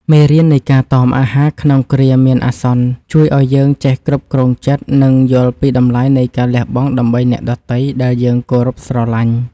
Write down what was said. មេរៀននៃការតមអាហារក្នុងគ្រាមានអាសន្នជួយឱ្យយើងចេះគ្រប់គ្រងចិត្ត និង យល់ពីតម្លៃនៃការលះបង់ដើម្បីអ្នកដទៃដែលយើងគោរពស្រឡាញ់។